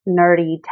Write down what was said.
nerdy